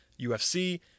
UFC